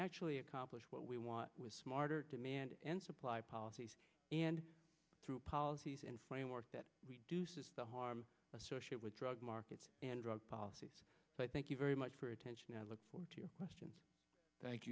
actually accomplish what we want with smarter demand and supply policies and through policies and framework that we do says the harm associate with drug markets and drug policies i thank you very much for attention i look forward to your questions thank